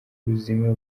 buzima